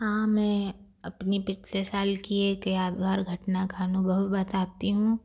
हाँ मैं अपनी पिछले साल किए गए यादगार घटना का अनुभव बताती हूँ